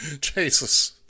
Jesus